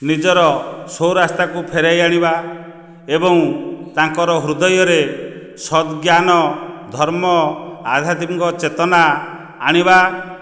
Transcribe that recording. ନିଜର ସ୍ଵରାସ୍ତାକୁ ଫେରେଇ ଆଣିବା ଏବଂ ତାଙ୍କର ହୃଦୟରେ ସଦଜ୍ଞାନ ଧର୍ମ ଆଧ୍ୟାତ୍ମିକ ଚେତନା ଆଣିବା